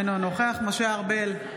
אינו נוכח משה ארבל,